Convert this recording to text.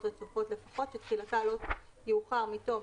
רצופות לפחות שתחילתה לא יאוחר מתום